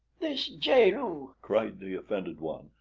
this jaal-lu, cried the offended one,